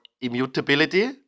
immutability